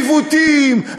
עיוותים,